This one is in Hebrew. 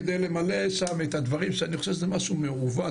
כדי למלא שם את הדברים, שאני חושב שזה משהו מעוות.